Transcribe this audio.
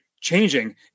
changing